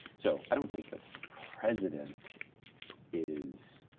so i don't think the president is